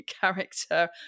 character